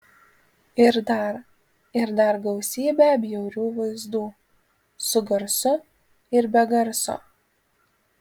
ir dar ir dar gausybę bjaurių vaizdų su garsu ir be garso